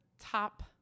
top